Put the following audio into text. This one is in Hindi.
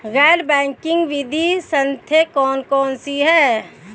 गैर बैंकिंग वित्तीय संस्था कौन कौन सी हैं?